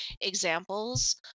examples